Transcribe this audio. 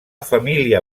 família